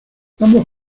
ambos